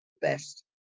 best